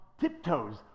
tiptoes